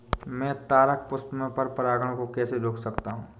मैं तारक पुष्प में पर परागण को कैसे रोक सकता हूँ?